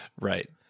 Right